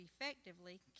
effectively